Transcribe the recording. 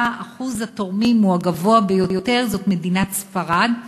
אחוז התורמים הוא הגבוה ביותר זאת ספרד,